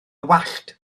wallt